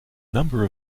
number